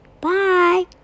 Bye